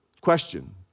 Question